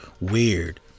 weird